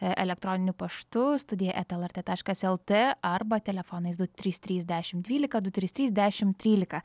elektroniniu paštu studija eta lrt taškas lt arba telefonais du trys trys dešim dvylika du trys trys dešim trylika